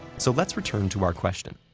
so let's return to our question.